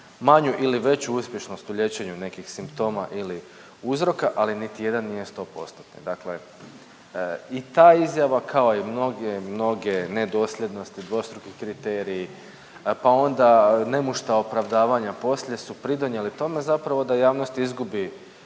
manju ili veću uspješnost u liječenju nekih simptoma ili uzroka, ali niti jedan nije 100 postotni. Dakle i ta izjava, kao i mnoge, mnoge nedosljednosti, dvostruki kriteriji, pa onda nemušta opravdavanja poslije su pridonijeli tome zapravo da javnost izgubi